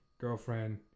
girlfriend